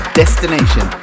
destination